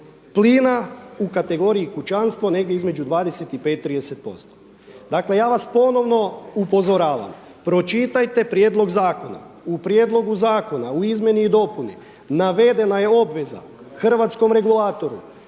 plina u kategoriji kućanstvo negdje između 25, 30%. Dakle, ja vas ponovno upozoravam pročitajte prijedlog zakona. U prijedlogu zakona, u izmjeni i dopuni navedena je obveza hrvatskom regulatoru